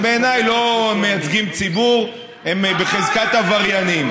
הם בעיניי לא מייצגים ציבור, הם בחזקת עבריינים.